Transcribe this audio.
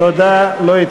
בעדה, ירים את ידו.